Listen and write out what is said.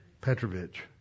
Petrovich